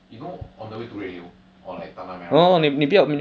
you know on the way to redhill or like tanah merah